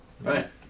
Right